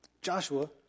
Joshua